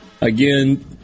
Again